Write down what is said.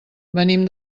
venim